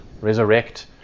resurrect